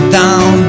down